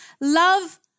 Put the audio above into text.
love